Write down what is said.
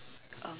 um